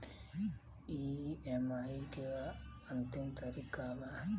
EMI के अंतिम तारीख का बा?